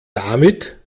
damit